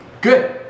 Good